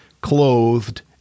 clothed